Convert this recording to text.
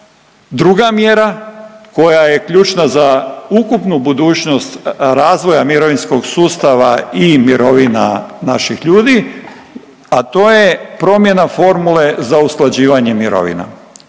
druga mjera koja je ključna za ukupnu budućnost razvoja mirovinskog sustava i mirovina naših ljudi, a to je promjena formule za usklađivanje mirovina.